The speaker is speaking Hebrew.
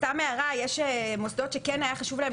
סתם הערה יש מוסדות שהיה חשוב להם